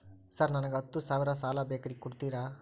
Sir ನನಗ ಹತ್ತು ಸಾವಿರ ಸಾಲ ಬೇಕ್ರಿ ಕೊಡುತ್ತೇರಾ?